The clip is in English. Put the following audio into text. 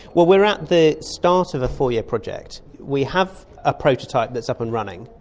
we're we're at the start of a four-year project. we have a prototype that's up and running,